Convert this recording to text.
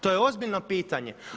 To je ozbiljno pitanje.